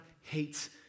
hates